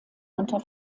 unter